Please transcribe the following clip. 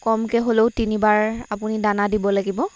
কমকৈ হ'লেও তিনিবাৰ আপুনি দানা দিব লাগিব